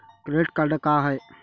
Credit card का हाय?